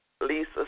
Lisa